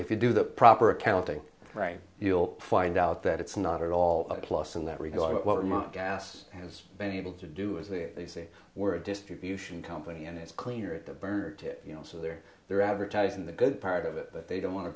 if you do the proper accounting right you'll find out that it's not at all a plus in that regard but what my gas has been able to do is that they say we're a distribution company and it's cleaner at the burner you know so they're they're advertising the good part of it but they don't want to